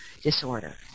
disorder